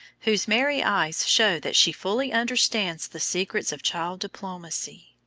whose merry eyes show that she fully understands the secrets of child diplomacy.